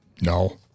No